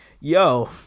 yo